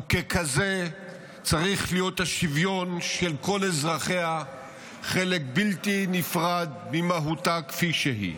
ככזה צריך להיות השוויון של כל אזרחיה חלק בלתי נפרד ממהותה כפי שהיא.